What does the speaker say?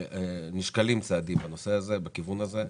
נשקלים צעדים בנושא הזה, בכיוון הזה.